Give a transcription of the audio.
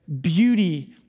beauty